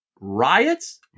riots